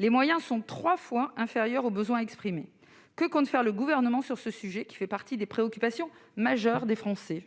Les moyens dévolus sont trois fois inférieurs aux besoins exprimés. Que compte faire le Gouvernement sur ce sujet, qui figure parmi les préoccupations majeures des Français ?